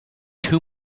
too